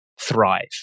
thrive